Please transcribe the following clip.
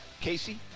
Casey